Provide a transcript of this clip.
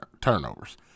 turnovers